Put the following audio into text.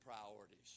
priorities